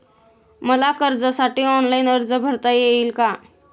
मला कर्जासाठी ऑनलाइन अर्ज भरता येईल का?